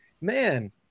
man